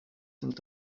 sind